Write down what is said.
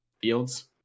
fields